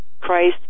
Christ